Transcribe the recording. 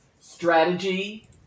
strategy